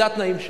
אלה התנאים שלו.